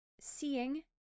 Seeing